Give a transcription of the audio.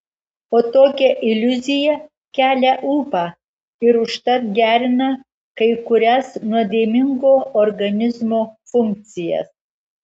o tokia iliuzija kelia ūpą ir užtat gerina kai kurias nuodėmingo organizmo funkcijas